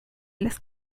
las